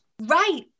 Right